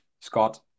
Scott